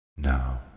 Now